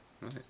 Right